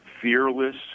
fearless